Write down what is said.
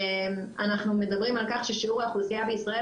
אנחנו מדברים על כך ששיעור האוכלוסייה בישראל